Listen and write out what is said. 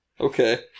Okay